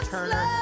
Turner